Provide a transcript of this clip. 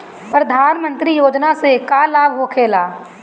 प्रधानमंत्री योजना से का लाभ होखेला?